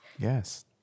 Yes